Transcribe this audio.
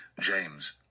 James